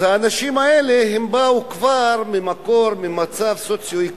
האנשים האלה כבר באו ממצב סוציו-אקונומי